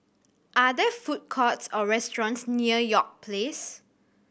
are there food courts or restaurants near York Place